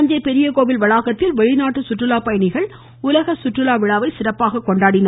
தஞ்சை பெரிய கோவில் வளாகத்தில் வெளிநாட்டு சுற்றுலாப்பயணிகள் உலக சுற்றுலா விழாவை சிறப்பாக கொண்டாடினர்